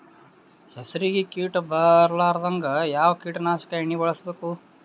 ಹೆಸರಿಗಿ ಕೀಟ ಬರಲಾರದಂಗ ಯಾವ ಕೀಟನಾಶಕ ಎಣ್ಣಿಬಳಸಬೇಕು?